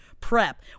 prep